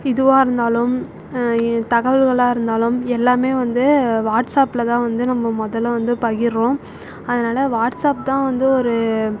இதுவாக இருந்தாலும் தகவல்கள்லாக இருந்தாலும் எல்லாமே வந்து வாட்ஸாப்பில் தான் வந்து நம்ப மொதலில் வந்து பகிர்கிறோம் அதனால வாட்ஸாப் தான் வந்து ஒரு